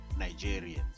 nigerians